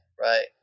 right